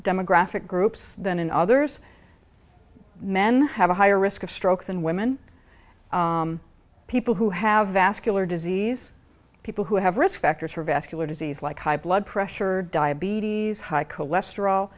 demographic groups than in others men have a higher risk of stroke than women people who have vascular disease people who have risk factors for vascular disease like high blood pressure diabetes high cholesterol